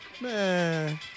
Man